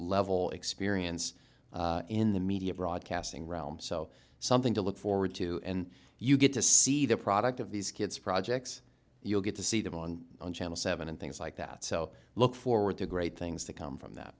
level experience in the media broadcasting realm so something to look forward to and you get to see the product of these kids projects you'll get to see them on channel seven and things like that so look forward to great things that come from th